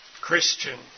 Christian